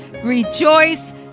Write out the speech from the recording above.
Rejoice